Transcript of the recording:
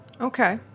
Okay